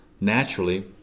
naturally